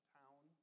town